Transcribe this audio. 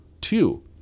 two